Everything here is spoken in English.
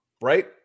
right